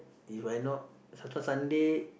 If I not sometimes Sunday